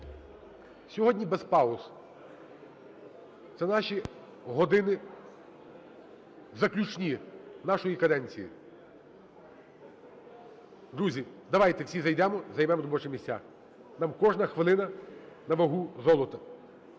Сьогодні без пауз. Це наші години заключні, нашої каденції. Друзі, давайте всі зайдемо і займемо робочі місця. Нам кожна хвилина на вагу золота.